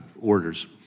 orders